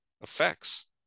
effects